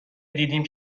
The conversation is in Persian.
دیدیم